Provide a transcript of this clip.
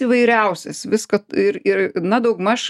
įvairiausias viska ir ir na daugmaž